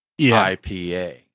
IPA